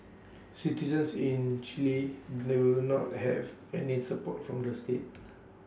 citizens in Chile do not have any support from the state